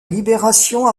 libération